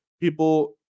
people